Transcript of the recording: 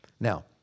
Now